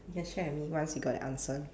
you can share with me once you got the answer